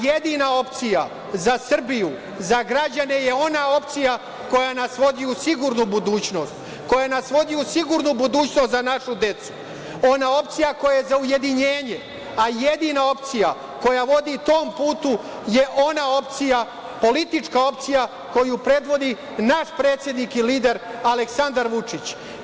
Jedina opcija za Srbiju, za građane je ona opcija koja nas vodi u sigurnu budućnost, koja nas vodi u sigurnu budućnost za našu decu, ona opcija koja je za ujedinjenje, a jedina opcija koja vodi tom putu je ona opcija, politička opcija koju predvodi naš predsednik i lider Aleksandar Vučić.